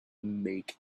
make